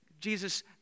Jesus